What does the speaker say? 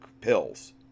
pills